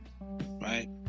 right